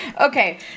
Okay